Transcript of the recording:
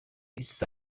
isa